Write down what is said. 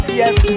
yes